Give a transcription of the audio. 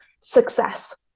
success